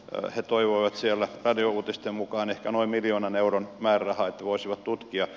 he toivoivat siellä radiouutisten mukaan ehkä noin miljoonan euron määrärahaa että voisivat tutkia